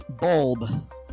Bulb